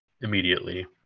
immediately